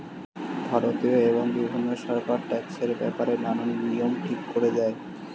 ভারতীয় এবং বিভিন্ন সরকার ট্যাক্সের ব্যাপারে নানান নিয়ম ঠিক করে দেয়